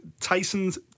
Tyson's